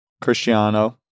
Cristiano